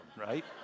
right